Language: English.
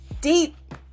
deep